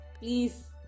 please